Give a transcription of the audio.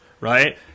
right